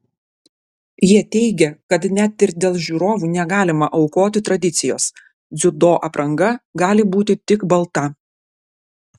jie teigia kad net ir dėl žiūrovų negalima aukoti tradicijos dziudo apranga gali būti tik balta